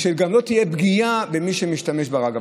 ושגם לא תהיה פגיעה במי שמשתמש ברב-קו.